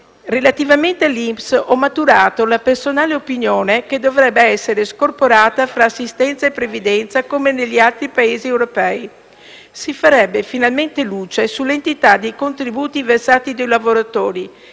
Relativamente all'INPS, ho maturato la personale opinione che dovrebbe essere scorporata fra assistenza e previdenza, come negli altri Paesi europei. Si farebbe finalmente luce sull'entità dei contributi versati dai lavoratori,